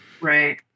Right